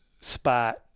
spot